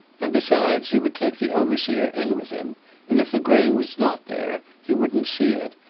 and besides, he would take the overseer in with him and if the grave was not there he wouldn't see it,